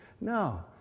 No